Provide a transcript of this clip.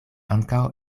ankaŭ